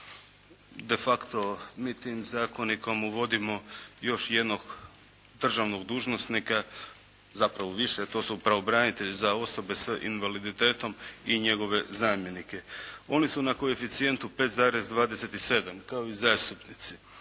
De facto mi tim zakonikom uvodimo još jednog državnog dužnosnika, zapravo više to je pravobranitelj za osobe s invaliditetom i njegove zamjenike. Oni su na koeficijentu 5,27 kao i zastupnici,